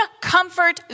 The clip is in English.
comfort